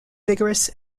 vigorous